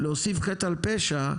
להוסיף חטא על פשע,